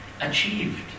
achieved